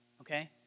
okay